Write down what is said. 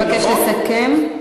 אבקש לסכם.